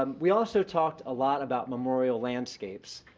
um we also talked a lot about memorial landscapes,